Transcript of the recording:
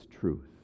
truth